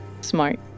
smart